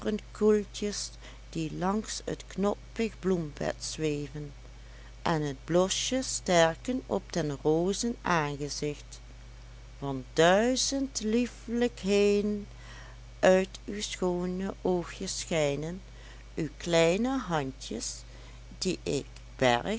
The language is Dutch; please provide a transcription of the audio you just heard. koeltjes die langs t knoppig bloembed zweven en t blosje sterken op der rozen aangezicht want duizend lieflijkheên uit uw schoone oogjes schijnen uw kleine handjes die ik berg